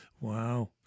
Wow